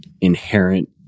inherent